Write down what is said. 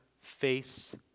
face